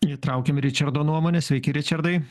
įtraukiam ričardo nuomonę sveiki ričardai